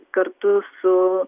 kartu su